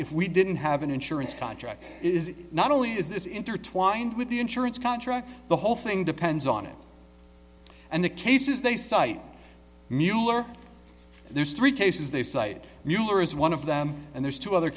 if we didn't have an insurance contract is not only is this intertwined with the insurance contract the whole thing depends on it and the cases they cite mueller there's three cases they cite mueller is one of them and there's two other